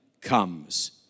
comes